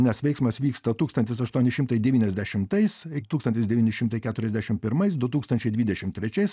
nes veiksmas vyksta tūkstantis aštuoni šimtai devyniasdešimtais tūkstantis devyni šimtai keturiasdešim pirmais du tūkstančiai dvidešim trečiais